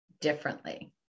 differently